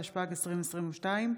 התשפ"ג 2022,